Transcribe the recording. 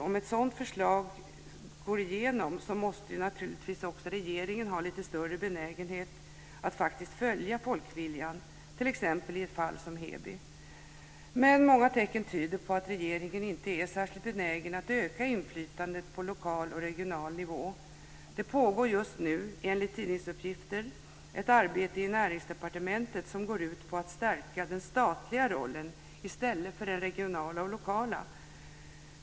Om ett sådant förslag går igenom måste naturligtvis också regeringen ha lite större benägenhet att faktiskt följa folkviljan i t.ex. ett fall som Heby. Många tecken tyder dock på att regeringen inte är särskilt benägen att öka inflytandet på lokal och regional nivå. Det pågår just nu enligt tidningsuppgifter ett arbete i Näringsdepartementet som går ut på att stärka den statliga rollen i stället för den regionala och lokala.